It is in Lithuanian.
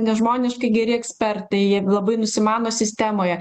nežmoniškai geri ekspertai jie labai nusimano sistemoje